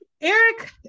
Eric